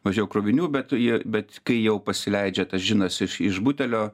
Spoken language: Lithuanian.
mažiau krovinių bet jie bet kai jau pasileidžia tas džinas iš iš butelio